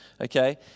okay